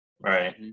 Right